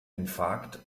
infarkt